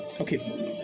Okay